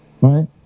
right